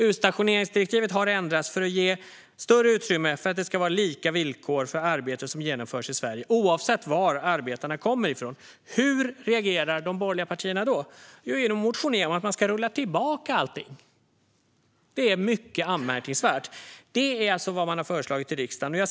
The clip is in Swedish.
Utstationeringsdirektivet har ändrats för att ge större utrymme för att det ska vara lika villkor för arbete som genomförs i Sverige, oavsett var arbetarna kommer ifrån. Hur reagerar de borgerliga partierna då? Jo, genom att motionera om att allting ska rullas tillbaka. Det är mycket anmärkningsvärt, men det är vad man har föreslagit i riksdagen.